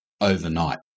overnight